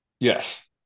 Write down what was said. Yes